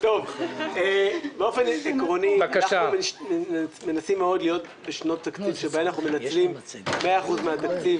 תקציב שבהן אנחנו מנצלים מאה אחוז מהתקציב.